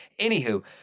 Anywho